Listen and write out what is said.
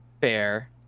Fair